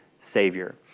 Savior